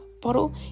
bottle